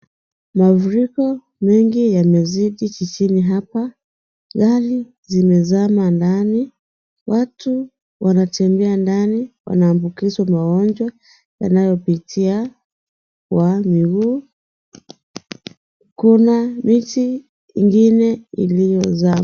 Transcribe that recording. Mafuriko mengi yamezidi jijini hapa. Gari zimezama ndani. Watu wanatembea ndani wanaambukizwa magonjwa yanayopitia kwa miguu. Kuna miti ingine iliyozama.